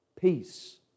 peace